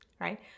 right